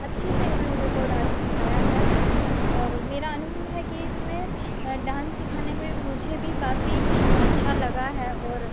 अच्छे से उन लोगों को डान्स सिखाया है और मेरा अनुभव है कि इसमें डान्स सिखाने में मुझे भी काफ़ी अच्छा लगा है और